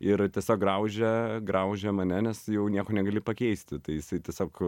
ir tiesiog graužia graužia mane nes jau nieko negali pakeisti tai jisai tiesiog